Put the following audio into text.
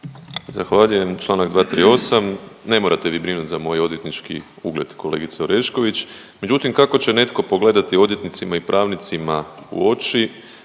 Zahvaljujem. Članak 238. Ne morate vi brinuti za moj odvjetnički ugled kolegice Orešković. Međutim, kako će netko pogledati odvjetnicima i pravnicima u oči